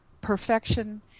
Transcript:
Perfection